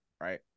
right